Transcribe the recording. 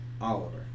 Oliver